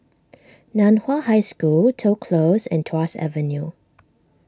Nan Hua High School Toh Close and Tuas Avenue